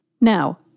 Now